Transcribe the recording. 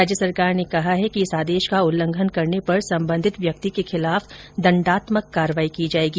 राज्य सरकार ने कहा है कि इस आदेश का उल्लंघन करने पर सम्बन्धित व्यक्ति के खिलाफ दण्डात्मक कार्रवाई की जाएगी